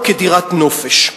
או כדירת נופש,